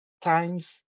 times